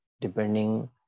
depending